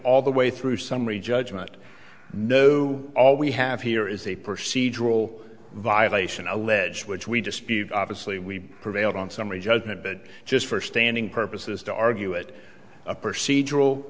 all the way through summary judgment no all we have here is a procedure all violation alleged which we dispute obviously we prevailed on summary judgment but just for standing purposes to argue it a procedural